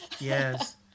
Yes